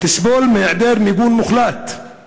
תסבול מהיעדר מוחלט של מיגון.